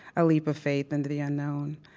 a leap of faith into the unknown.